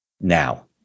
now